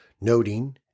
Noting